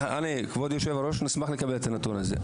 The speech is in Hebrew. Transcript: כבוד יושב הראש, נשמח לקבל את הנתון הזה.